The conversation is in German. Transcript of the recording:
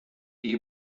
die